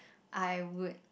I would